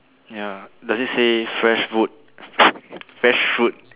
ya does it say fresh food fresh food